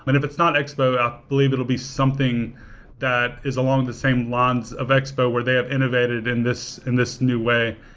but if it's not expo, i believe it will be something that is along the same lines of expo where they have innovated in this in this new way,